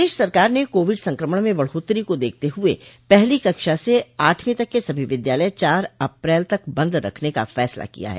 प्रदेश सरकार ने कोविड संक्रमण में बढोत्तरी को देखते हुए पहली कक्षा से आठवीं तक के सभी विद्यालय चार अप्रैल तक बंद रखने का फैसला किया है